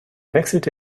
wechselte